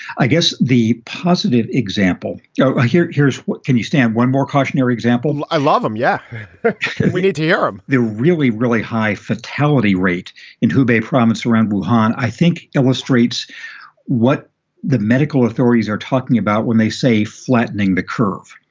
i guess the positive example yeah here. here's what can you stand. one more cautionary example i love them yeah we did hear um the really, really high fatality rate in hubei province around suhan, i think illustrates what the medical authorities are talking about when they say flattening the curve.